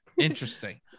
Interesting